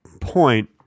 point